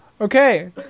Okay